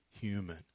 human